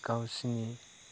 गावसिनि